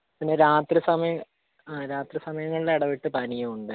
പിന്നെ രാത്രി സമയം ആ രാത്രി സമയങ്ങളിൽ ഇടവിട്ട് പനിയും ഉണ്ട്